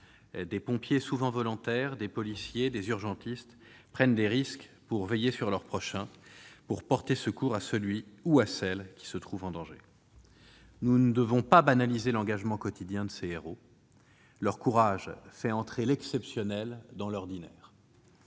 des pompiers, souvent volontaires, des policiers, des urgentistes, prennent des risques pour veiller sur leur prochain et porter secours à celui ou celle qui se trouve en danger. Nous ne devons pas banaliser l'engagement quotidien de ces héros. Leur courage fait entrer l'exceptionnel dans l'ordinaire.